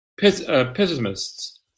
pessimists